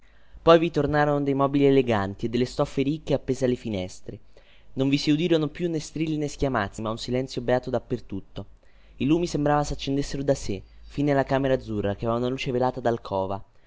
poi vi tornarono dei mobili eleganti e delle stoffe ricche appese alle finestre non vi si udirono più nè strilli nè schiamazzi ma un silenzio beato dappertutto i lumi sembrava saccendessero da sè fin nella camera azzurra che aveva una luce velata dalcova